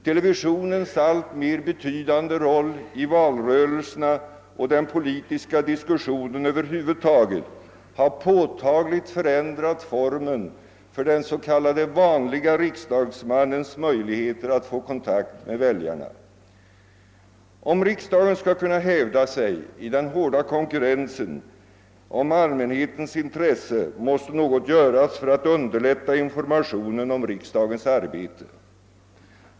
Televisionens alltmer betydelsefulla roll i valrörelserna och den poli tiska diskussionen över huvud taget har påtagligt förändrat formen för den s.k. vanlige riksdagsmannens möjligheter att få kontakt med väljarna. Om riksdagen skall kunna hävda sig i den hårda konkurrensen om allmänhetens intresse måste något göras för att underlätta informationen om riksdagens arbete.